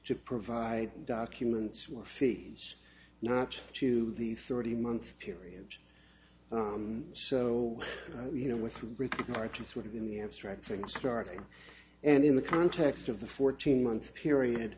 to provide documents were feeds not to the thirty month period so you know with regard to sort of in the abstract thing starting and in the context of the fourteen month period